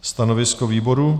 Stanovisko výboru?